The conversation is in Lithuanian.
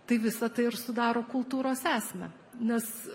tai visa tai ir sudaro kultūros esmę nes